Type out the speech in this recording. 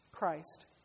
Christ